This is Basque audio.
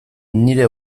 nire